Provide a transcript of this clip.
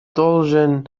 должен